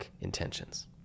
intentions